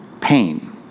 pain